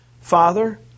Father